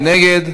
מי נגד?